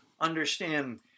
understand